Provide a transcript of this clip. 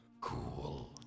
Cool